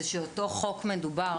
זה שאותו חוק מדובר,